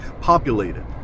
populated